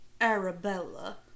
Arabella